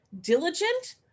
diligent